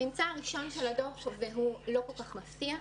הממצא הראשון של הדוח הוא לא כל כך מפתיע,